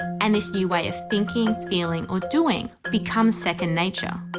and this new way of thinking, feeling, or doing becomes second nature